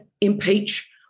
impeach